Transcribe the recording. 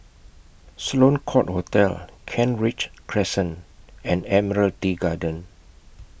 Sloane Court Hotel Kent Ridge Crescent and Admiralty Garden